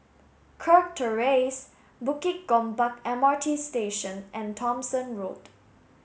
Kirk Terrace Bukit Gombak M R T Station and Thomson Road